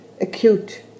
acute